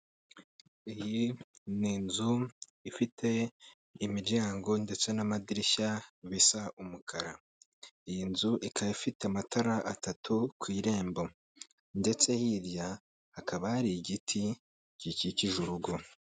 Iyi ni inzu ifite imiryango ndetse n'amadirishya bisa umukara, iyi nzu ikaba ifite amatara atatu ku irembo ndetse hirya hakaba hari igiti gikikije urugo.